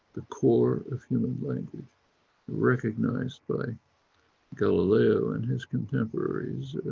the core of human language recognised by galileo and his contemporaries,